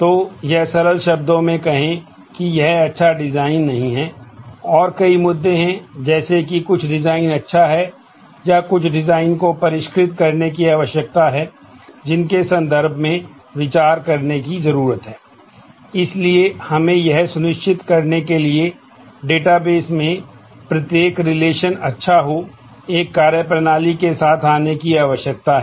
तो यह सरल शब्दों में कहें कि यह अच्छा डिजाइन नहीं है और कई मुद्दे हैं जैसे कि कुछ डिजाइन अच्छा है या कुछ डिजाइन को परिष्कृत करने की आवश्यकता है जिनके संदर्भ में विचार करने की जरूरत है